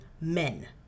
men